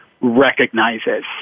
recognizes